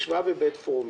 ישבה בבית פרומין.